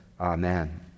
Amen